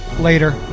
Later